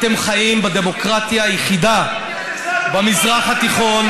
אתם חיים בדמוקרטיה היחידה במזרח התיכון,